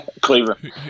Cleveland